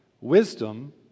Wisdom